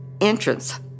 entrance